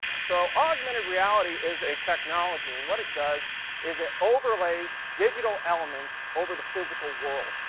so augmented reality is a technology and what it does is it overlays digital elements over the physical world.